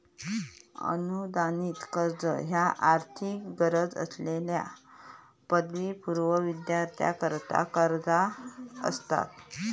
अनुदानित कर्ज ह्या आर्थिक गरज असलेल्यो पदवीपूर्व विद्यार्थ्यांकरता कर्जा असतत